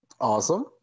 Awesome